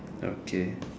okay